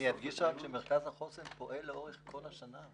אני רק אדגיש שמרכז החוסן פועל אורך כל השנה.